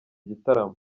gitaramo